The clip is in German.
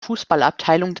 fußballabteilung